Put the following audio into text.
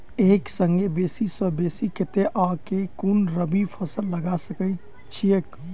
एक संगे बेसी सऽ बेसी कतेक आ केँ कुन रबी फसल लगा सकै छियैक?